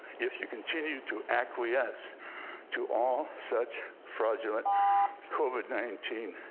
if you continue to acquiesce to all such fraudulent covid nineteen.